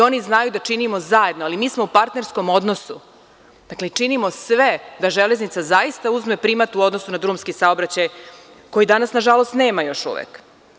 Oni znaju da činimo zajedno, ali mi smo u partnerskom odnosu i činimo sve da železnica zaista uzme primat u odnosu na drumski saobraćaj, koji danas nažalost nema još uvek.